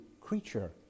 creature